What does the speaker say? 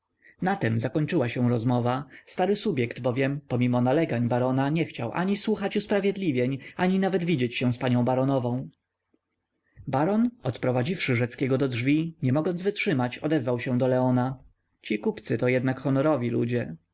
na tem zakończyła się rozmowa stary subjekt bowiem pomimo nalegań barona nie chciał ani słuchać usprawiedliwień ani nawet widzieć się z panią baronową baron odprowadziwszy rzeckiego do drzwi nie mogąc wytrzymać odezwał się do leona ci kupcy to jednak honorowi ludzie